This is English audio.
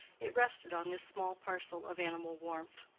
it rested on this small parcel of animal warmth.